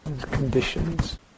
conditions